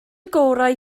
gorau